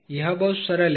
यह बहुत सरल है